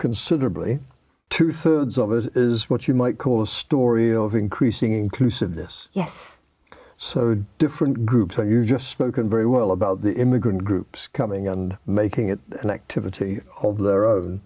considerably two thirds of it is what you might call a story of increasing inclusiveness yes so different groups where you just spoken very well about the immigrant groups coming and making it an activity of their own